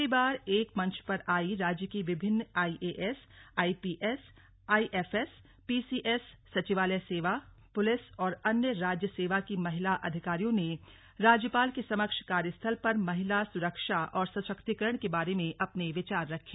पहली बार एक मंच पर आई राज्य की विभिन्न आईएएस आईपीएस आईएफएस पीसीएस सचिवालय सेवा पुलिस और अन्य राज्य सेवा की महिला अधिकारियों ने राज्यपाल के समक्ष कार्यस्थल पर महिला सुरक्षा और सशक्तिकरण के बारे में अपने विचार रखे